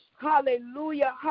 hallelujah